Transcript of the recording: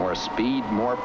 more speed more